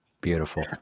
Beautiful